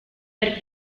per